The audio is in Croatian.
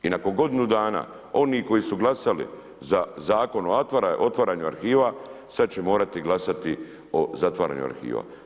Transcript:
I nakon godinu dana oni koji su glasali za Zakon o otvaranju arhiva, sad će morati glasati o zatvaranju arhiva.